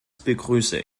begrüße